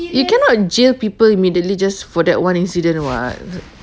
you cannot jail people immediately just for that one incident [what]